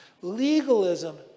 Legalism